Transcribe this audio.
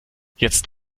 jetzt